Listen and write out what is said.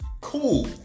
cool